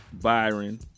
Byron